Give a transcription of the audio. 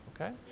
Okay